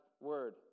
word